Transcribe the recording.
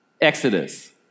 Exodus